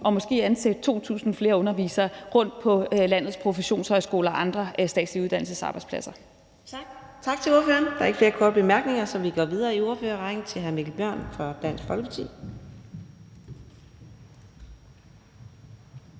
måske 2.000 flere undervisere rundt på landets professionshøjskoler og andre statslige uddannelsessteder. Kl. 15:17 Fjerde næstformand (Karina Adsbøl): Tak til ordføreren. Der er ikke flere korte bemærkninger, så vi går videre i ordførerrækken til hr. Mikkel Bjørn fra Dansk Folkeparti.